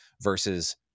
versus